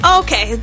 okay